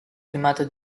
primato